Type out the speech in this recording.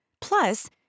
Plus